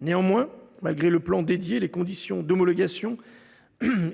Néanmoins, malgré le plan dédié, les conditions d’homologation